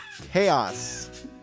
Chaos